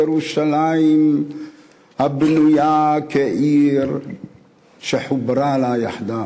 ירושלם הבנויה כעיר שחברה לה יחדו.